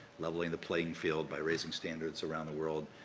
leveling the playing field by raising standards around the world,